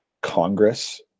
Congress